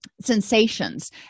sensations